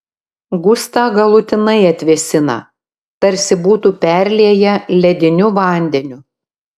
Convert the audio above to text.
gustą galutinai atvėsina tarsi būtų perlieję lediniu vandeniu